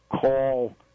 call